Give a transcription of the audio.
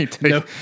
no